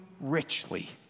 richly